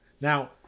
Now